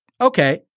Okay